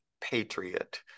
patriot